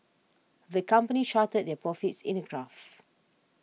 the company charted their profits in a graph